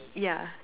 ya